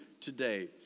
today